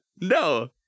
No